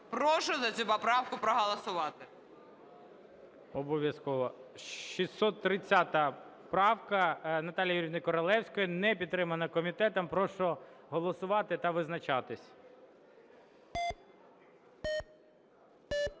Прошу за цю поправку проголосувати. ГОЛОВУЮЧИЙ. Обов'язково. 630 правка Наталії Юріївни Королевської. Не підтримана комітетом. Прошу голосувати та визначатися.